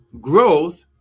Growth